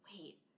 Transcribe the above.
wait